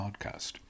podcast